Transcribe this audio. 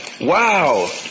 Wow